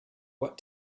what